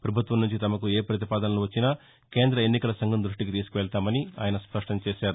ప్రభుత్వం నుంచి తమకు ఏ ప్రతిపాదనలు వచ్చినా కేంద్ర ఎన్నికల సంఘం దృష్టికి తీసుకెళ్తామని ఆయన తెలిపారు